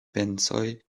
pensoj